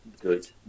good